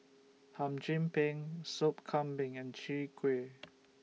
Hum Chim Peng Soup Kambing and Chwee Kueh